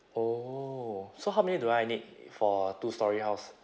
oh so how many do I need for two storey house